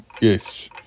Yes